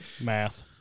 Math